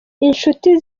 inshuti